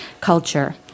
culture